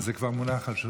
זה כבר מונח על,